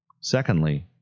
Secondly